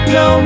no